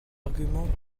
arguments